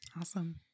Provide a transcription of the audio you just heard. awesome